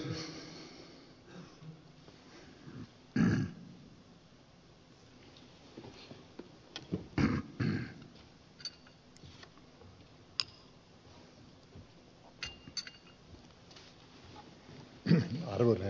arvoisa herra puhemies